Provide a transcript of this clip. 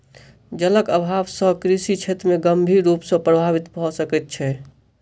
जलक अभाव से कृषि क्षेत्र गंभीर रूप सॅ प्रभावित भ सकै छै